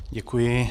Děkuji.